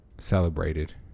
celebrated